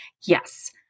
Yes